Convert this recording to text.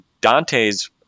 dante's